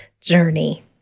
journey